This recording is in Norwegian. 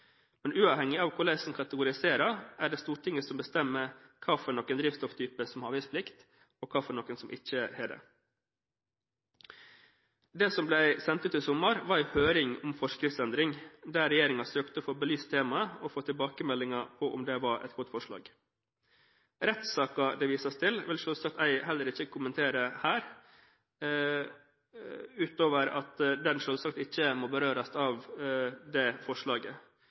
Men uavhengig av hvordan man kategoriserer er det Stortinget som bestemmer hvilke drivstofftyper som har avgiftsplikt, og hvilke som ikke har det. Det som ble sendt ut i sommer, var en høring om forskriftsendring der regjeringen søkte å få belyst temaet og få tilbakemeldinger på om det var et godt forslag. Rettssaken det vises til, vil jeg ikke kommentere her, utover at den selvsagt ikke må berøres av det forslaget.